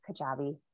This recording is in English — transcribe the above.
Kajabi